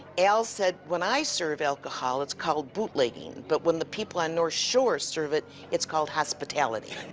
al said, when i serve alcohol, it's called bootlegging. but when the people on north shore serve it, it's called hospitality.